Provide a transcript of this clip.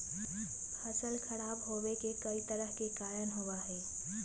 फसल खराब होवे के कई तरह के कारण होबा हई